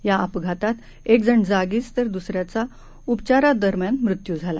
या अपघातात एक जण जागीच तर दुसऱ्याचा उपचारादरम्यान मृत्यू झाला